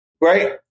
Right